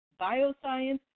bioscience